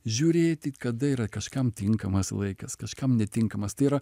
žiūrėti kada yra kažkam tinkamas laikas kažkam netinkamas tai yra